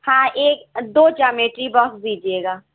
ہاں ایک دو جامیٹری باکس دیجیے گا